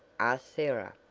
asked sarah,